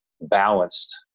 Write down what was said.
balanced